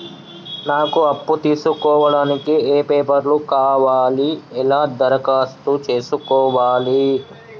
నాకు అప్పు తీసుకోవడానికి ఏ పేపర్లు కావాలి ఎలా దరఖాస్తు చేసుకోవాలి?